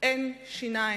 אין שיניים.